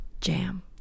jam